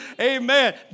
Amen